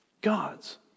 God's